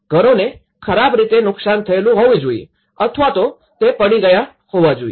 ઘરોને ખરાબ રીતે નુકસાન થયેલું હોવું જોઈએ અથવા તો તે પડી ગયા હોવા જોઈએ